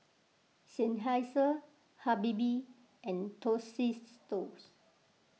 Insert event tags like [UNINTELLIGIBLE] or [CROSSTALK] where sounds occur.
Seinheiser Habibie and [UNINTELLIGIBLE]